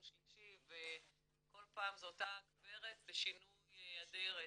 שלישי וכל פעם זו אותה הגברת בשינוי אדרת.